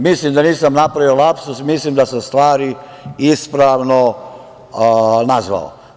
Mislim da nisam napravio lapsus, mislim da sam stvari ispravno nazvao.